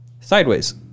sideways